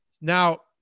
now